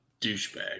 douchebag